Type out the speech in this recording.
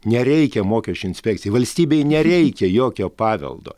nereikia mokesčių inspekcijai valstybei nereikia jokio paveldo